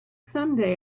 someday